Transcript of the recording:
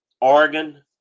oregon